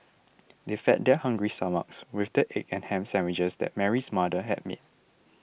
they fed their hungry stomachs with the egg and ham sandwiches that Mary's mother had made